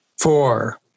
four